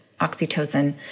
oxytocin